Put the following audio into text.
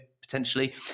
potentially